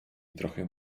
trochę